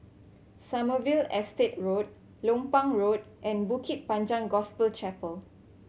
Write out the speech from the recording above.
Sommerville Estate Road Lompang Road and Bukit Panjang Gospel Chapel